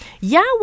Yahweh